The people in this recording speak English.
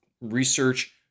research